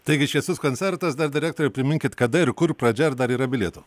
taigi šviesus koncertas dar direktore priminkit kada ir kur pradžia ar dar yra bilietų